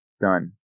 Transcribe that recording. Done